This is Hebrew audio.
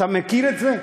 אתה מכיר את זה?